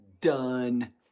Done